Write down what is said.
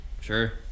sure